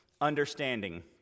understanding